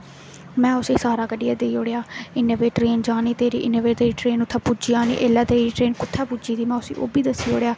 में उसी सारा कड्ढियै देई ओड़ेआ इन्ने बजे ट्रेन जानी तेरी इन्ने बजे तेरी ट्रेन उत्थें पुज्जी जानी इसलै तेरी ट्रैन कु'त्थें पुज्जी दी में उसी ओह् बी दस्सी ओड़ेआ